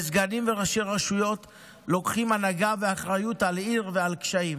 וסגנים וראשי רשויות לוקחים הנהגה ואחריות על עיר ועל קשיים.